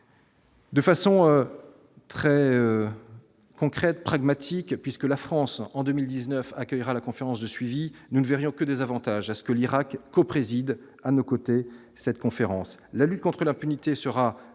De façon très concrète, pragmatique, puisque la France en 2019 accueillera la conférence de suivi nous ne verrions que des avantages à ce que l'Irak coprésident à nos côtés cette conférence, la lutte contre l'impunité sera